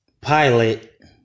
pilot